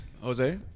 Jose